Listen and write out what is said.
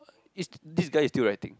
is this guy is still writing